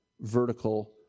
vertical